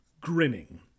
grinning